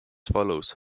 follows